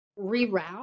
reroute